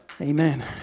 Amen